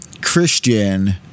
Christian